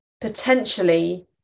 potentially